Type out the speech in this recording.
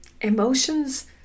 Emotions